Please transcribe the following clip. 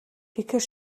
тэгэхээр